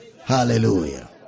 Hallelujah